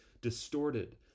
distorted